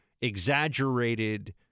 exaggerated